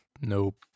nope